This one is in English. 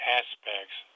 aspects